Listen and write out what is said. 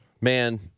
Man